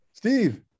Steve